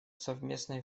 совместной